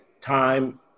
time